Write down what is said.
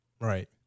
Right